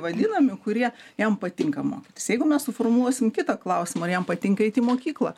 vadinami kurie jam patinka mokytis jeigu mes suformuluosim kitą klausimą ar jam patinka eiti į mokyklą